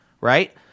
Right